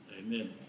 Amen